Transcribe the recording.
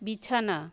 বিছানা